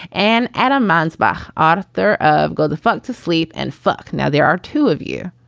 and adam mansbach, author of go the fuck to sleep and fuck. now there are two of you.